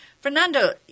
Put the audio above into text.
Fernando